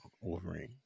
Wolverine